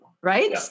right